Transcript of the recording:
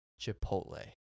Chipotle